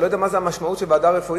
אתה לא יודע מה המשמעות של ועדה רפואית?